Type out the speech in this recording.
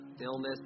illness